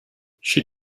she